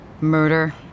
Murder